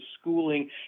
schooling